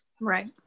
Right